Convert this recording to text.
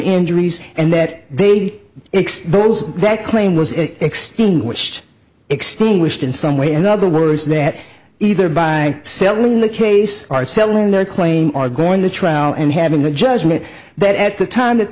injuries and that they'd expose that claim was a extinguished extinguished in some way in other words that either by selling the case are selling their claim are going to trial and having the judgment but at the time that